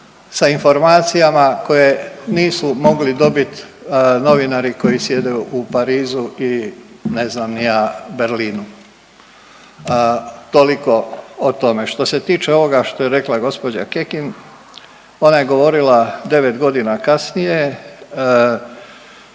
sa informacijama koje nisu mogli dobiti novinari koji sjede u Parizu i ne znam ni ja Berlinu. Toliko o tome. Što se tiče ovoga što je rekla gospođa Kekin, ona je govorila 9 godina kasnije.